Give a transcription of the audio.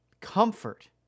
comfort